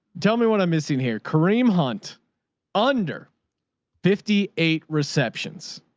tell me what i'm missing here. kareem hunt under fifty eight receptions